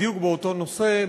בדיוק באותו נושא,